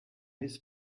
his